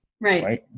right